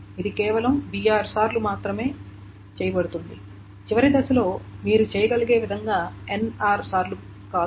ఇది కేవలం br సార్లు మాత్రమే చేయబడుతుంది చివరి దశలో మీరు చేయగలిగే విధంగా nr సార్లు కాదు